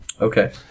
Okay